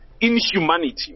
inhumanity